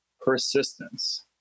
persistence